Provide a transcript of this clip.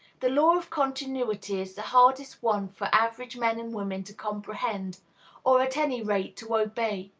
the law of continuity is the hardest one for average men and women to comprehend or, at any rate, to obey.